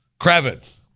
Kravitz